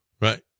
right